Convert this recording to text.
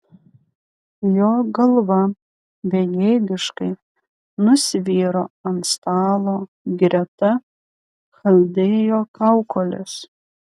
jo galva bejėgiškai nusviro ant stalo greta chaldėjo kaukolės